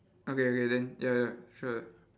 okay okay then ya ya sure